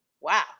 wow